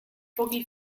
foggy